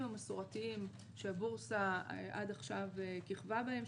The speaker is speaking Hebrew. המסורתיים שהבורסה עד עכשיו כיכבה בהם,